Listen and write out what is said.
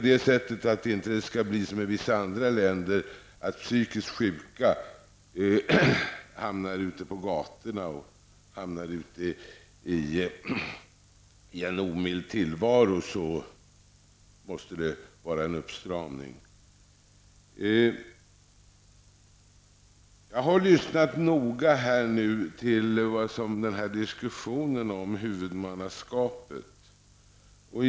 För att det inte skall bli så som i vissa länder, att de psykiskt sjuka hamnar ute på gator och i en omild tillvaro, måste en uppstramning ske. Jag har noga lyssnat på diskussionen om huvudmannaskapet.